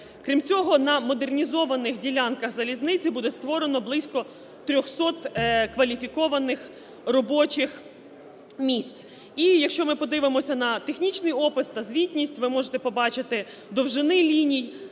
Крім цього, на модернізованих ділянках залізниці буде створено близько 300 кваліфікованих робочих місць. І якщо ми подивимося на технічний опис та звітність, ви можете побачити довжини ліній,